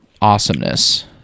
awesomeness